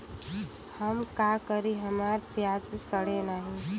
हम का करी हमार प्याज सड़ें नाही?